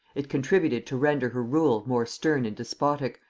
it contributed to render her rule more stern and despotic,